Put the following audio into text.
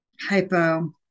hypo